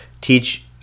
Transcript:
teach